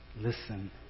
Listen